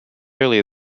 earlier